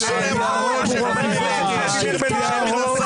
כי הרוב הוא רוב נבחר.